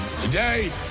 Today